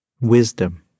Wisdom